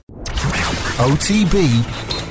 OTB